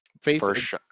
first